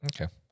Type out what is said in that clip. Okay